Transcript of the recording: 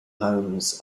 homes